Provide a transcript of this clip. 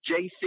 JC